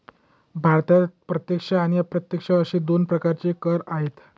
भारतात प्रत्यक्ष आणि अप्रत्यक्ष असे दोन प्रकारचे कर आहेत